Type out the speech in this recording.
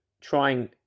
trying